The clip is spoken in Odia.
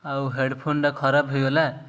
ଆଉ ହେଡ଼୍ ଫୋନଟା ଖରାପ ହେଇଗଲା